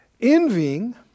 Envying